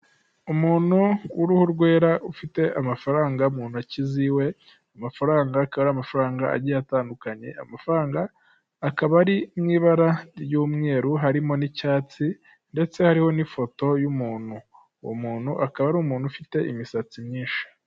Umuntu w'uruhu rwera ufite amafaranga mu ntoki z'iwe, amafaranga akaba ari amafaranga agiye atandukanye, amafaranga akaba ari mu ibara ry'umweru harimo n'icyatsi ndetse hariho n'ifoto y'umuntu, uwo muntu akaba ari umuntu ufite imisatsi myinshi.